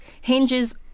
hinges